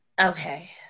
Okay